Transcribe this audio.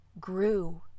grew